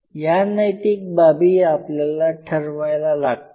या नैतिक बाबी आपल्याला ठरवायला लागतील